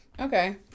Okay